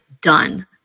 done